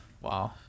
wow